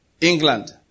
England